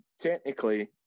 technically